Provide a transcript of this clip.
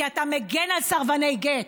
כי אתה מגן על סרבני גט,